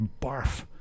barf